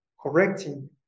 correcting